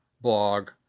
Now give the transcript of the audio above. blog